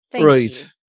Right